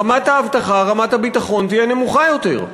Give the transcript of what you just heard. רמת האבטחה, רמת הביטחון, תהיה נמוכה יותר.